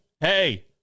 hey